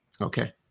Okay